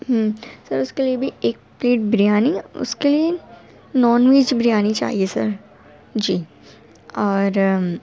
ہوں سر کے لیے بھی ایک پلیٹ بریانی اس کے لیے نان ویج بریانی چاہیے سر جی اور